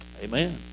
Amen